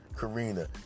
Karina